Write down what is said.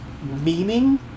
Meaning